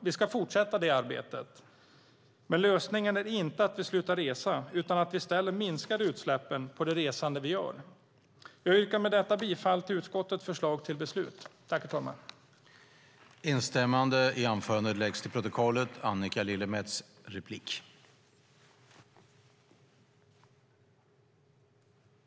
Vi ska fortsätta det arbetet. Men lösningen är inte att vi slutar resa utan att vi i stället minskar utsläppen på det resande vi gör. Jag yrkar med detta bifall till utskottets förslag till beslut. I detta anförande instämde Christer Akej, Lotta Finstorp, Jessica Rosencrantz och Eliza Roszkowska Öberg .